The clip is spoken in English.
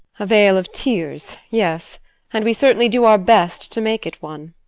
a vale of tears, yes and we certainly do our best to make it one.